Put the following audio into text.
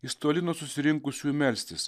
jis toli nuo susirinkusiųjų melstis